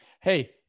Hey